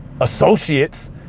associates